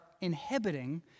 inhibiting